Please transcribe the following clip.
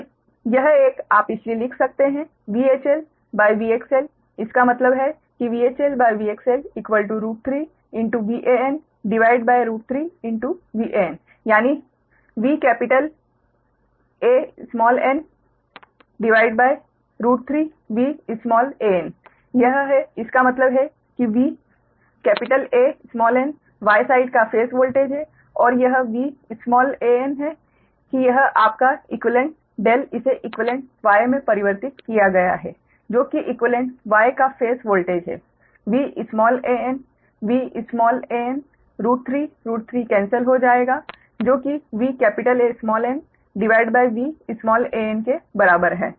तो यह एक आप इसलिए लिख सकते हैं VHLVXL इसका मतलब है कि VHLVXL 3VAn3Van यानि V कैपिटल An भागित √𝟑 V स्माल an यह है इसका मतलब है कि 𝑽𝑨n Y साइड का फेज वोल्टेज है और यह Van है कि यह आपका इक्वीवेलेंट ∆ इसे इक्वीवेलेंट Y मे परिवर्तित किया गया है जो की इक्वीवेलेंट Y का फेस वोल्टेज है V small an V small an √𝟑 √𝟑 cancel हो जाएगा जो की VAnVan के बराबर है